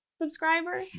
subscriber